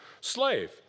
slave